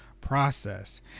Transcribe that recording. process